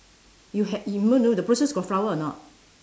you have you no no the bushes got flower or not